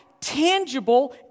tangible